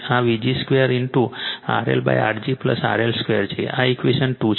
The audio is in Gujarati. આ vg 2 RLR g RL 2 છે આ ઈક્વેશન 2 છે